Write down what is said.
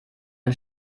ein